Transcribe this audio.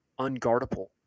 unguardable